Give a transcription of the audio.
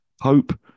Hope